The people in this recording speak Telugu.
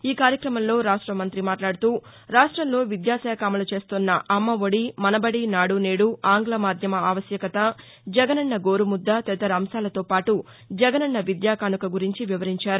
ఈ కార్యక్రమంలో రాష్ట మంతి మాట్లాడుతూ రాష్టంలో విద్యాశాఖ అమలు చేస్తోన్న అమ్మ ఒడి మనబడి నాడు నేడు ఆంగ్లమాధ్యమ ఆవశ్యకత జగనన్న గోరుముద్ద తదితర అంశాలతో పాటు జగనన్న విద్యాకానుక గురించి వివరించారు